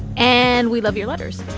and we love your letters.